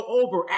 over